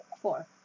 Four